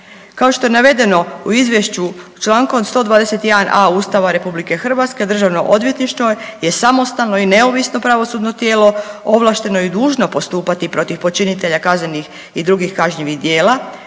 Kao što je navedeno u izvješću čl. 121.a Ustava RH DORH je samostalno i neovisno pravosudno tijelo, ovlašteno i dužno postupati protiv počinitelja kaznenih i drugih kažnjivih djela,